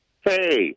Hey